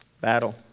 battle